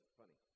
funny